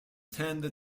tended